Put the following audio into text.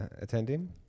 attending